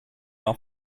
are